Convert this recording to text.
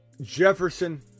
Jefferson